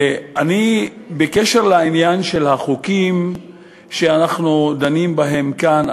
בעניין החוקים שאנחנו דנים בהם כאן,